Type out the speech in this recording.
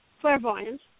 clairvoyance